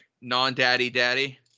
non-daddy-daddy